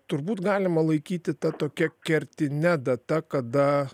turbūt galima laikyti ta tokia kertine data kada